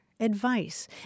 advice